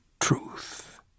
truth